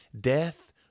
Death